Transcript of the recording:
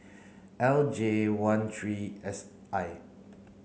L J one three S I